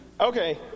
Okay